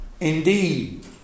indeed